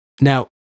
Now